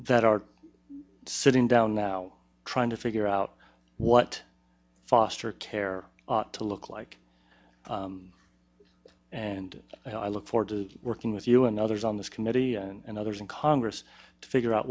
that are sitting down now trying to figure out what foster care to look like and i look forward to working with you and others on this committee and others in congress to figure out